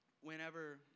whenever